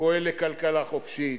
פועל לכלכלה חופשית,